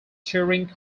touring